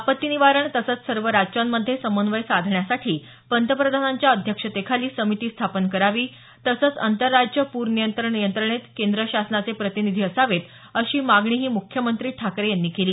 आपत्ती निवारण तसंच सर्व राज्यांमध्ये समन्वय साधण्यासाठी पंतप्रधानांच्या अध्यक्षतेखाली समिती स्थापन करावी तसंच आंतरराज्य पूर नियंत्रण यंत्रणेत केंद्र शासनाचे प्रतिनिधी असावेत अशी मागणीही मुख्यमंत्री ठाकरे यांनी केली